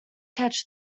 catch